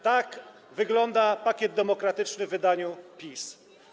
Tak wygląda pakiet demokratyczny w wydaniu PiS.